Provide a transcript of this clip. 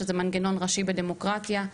שזה מנגנון ראשי בדמוקרטיה,